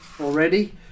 already